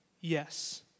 yes